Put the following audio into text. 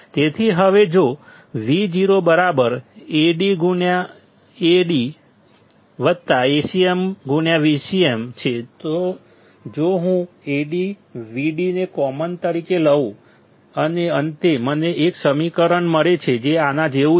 તેથી હવે જો VoAdVdAcmVcm છે જો હું AdVd ને કોમન તરીકે લઉં તો અંતે મને એક સમીકરણ મળશે જે આના જેવું જ છે